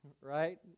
right